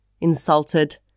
insulted